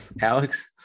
Alex